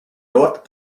north